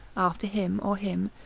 after him or him,